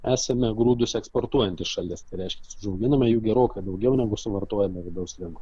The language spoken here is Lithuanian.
esame grūdus eksportuojanti šalis tai reiškias užauginame jų gerokai daugiau negu suvartojame vidaus rinkoj